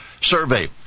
Survey